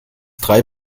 drei